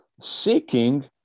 Seeking